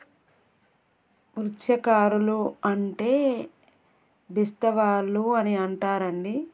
మత్స్యకారులు అంటే బేస్తవాళ్ళు అని అంటారండి